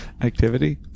activity